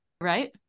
Right